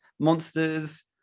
monsters